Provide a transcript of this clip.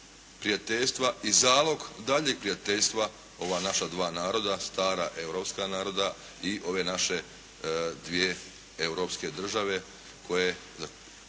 i zalog daljeg prijateljstva ova naša dva naroda, stara europska naroda i ove naše dvije europske države koje,